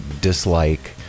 dislike